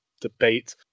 debate